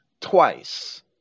twice